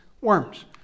worms